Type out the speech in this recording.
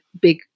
big